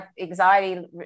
anxiety